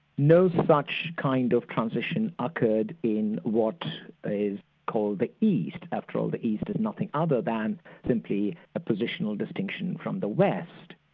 no such kind of transition occurred in what called the east, after all, the east is nothing other than simply a positional distancing from the west.